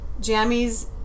jammies